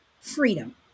freedom